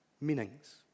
meanings